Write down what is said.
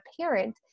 parent